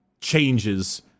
changes